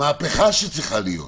מהפכה שצריכה להיות.